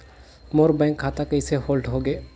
मोर bank खाता कइसे hold होगे?